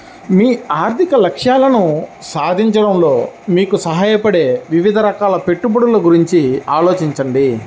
మీ ఆర్థిక లక్ష్యాలను సాధించడంలో మీకు సహాయపడే వివిధ రకాల పెట్టుబడుల గురించి ఆలోచించండి